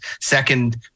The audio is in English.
second